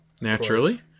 naturally